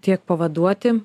tiek pavaduoti